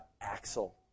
Axel